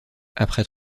après